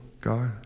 God